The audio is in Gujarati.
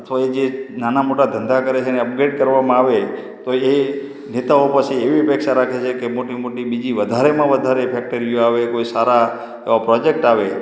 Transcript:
અથવા એ જે નાના મોટા ધંધા કરે છે એને અપડેટ કરવામાં આવે તો એ નેતાઓ પાસે એવી અપેક્ષા રાખે છે કે મોટી મોટી બીજી વધારેમાં વધારે ફૅકટરીઓ આવે કોઈ સારા પ્રોજેક્ટ આવે